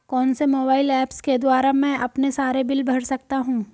कौनसे mobile apps के द्वारा मैं अपने सारे बिल भर सकता हूं?